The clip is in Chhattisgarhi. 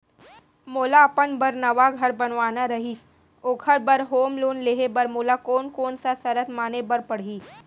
मोला अपन बर नवा घर बनवाना रहिस ओखर बर होम लोन लेहे बर मोला कोन कोन सा शर्त माने बर पड़ही?